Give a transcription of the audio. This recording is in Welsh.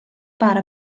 bara